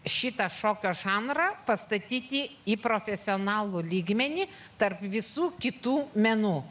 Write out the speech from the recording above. šitą šokio žanrą pastatyti į profesionalų lygmenį tarp visų kitų menų